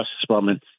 Department